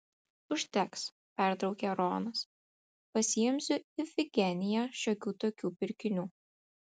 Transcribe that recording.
užteks pertraukė ronas pasiimsiu ifigeniją šiokių tokių pirkinių